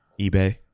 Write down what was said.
eBay